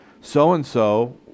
so-and-so